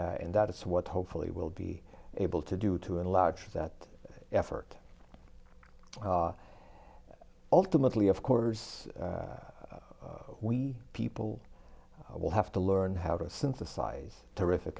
here and that's what hopefully we'll be able to do to enlarge that effort ultimately of course we people will have to learn how to synthesize terrific